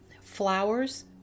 flowers